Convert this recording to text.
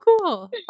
cool